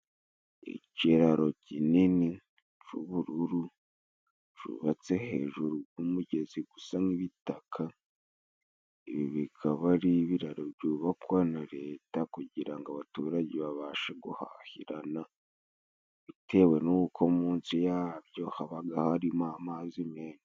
Ikiraro kinini c’ubururu cubatse hejuru y’umugezi, gusa n’ibitaka. Ibi bikaba ari ibiraro byubakwa na Leta kugira ngo abaturage babashe guhahirana, bitewe n’uko munsi yabyo habaga harimo amazi menshi.